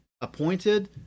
appointed